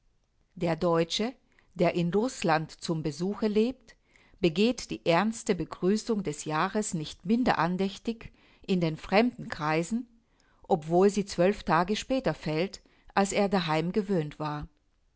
der deutsche der in rußland zum besuche lebt begeht die ernste begrüßung des jahres nicht minder andächtig in den fremden kreisen obgleich sie zwölf tage später fällt als er daheim gewöhnt war